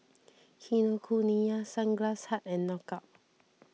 Kinokuniya Sunglass Hut and Knockout